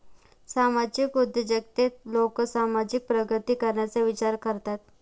सामाजिक उद्योजकतेत लोक समाजाची प्रगती करण्याचा विचार करतात